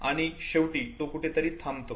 आणि शेवटी तो कुठेतरी थांबतो